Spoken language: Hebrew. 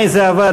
הנה, זה עבד.